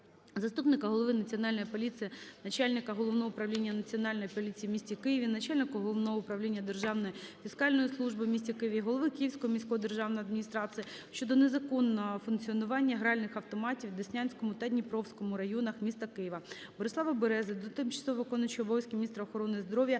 заступника голови Національної поліції України - начальника Головного управління Національної поліції у місті Києві, начальника Головного управління державної фіскальної служби у місті Києві, голови Київської міської державної адміністрації щодо незаконного функціонування гральних автоматів у Деснянському та Дніпровському районах міста Києва. Борислава Берези до тимчасово виконуючої обов'язки міністра охорони здоров'я